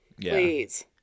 Please